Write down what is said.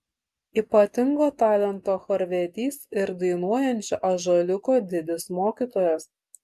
ypatingo talento chorvedys ir dainuojančio ąžuoliuko didis mokytojas